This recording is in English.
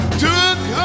took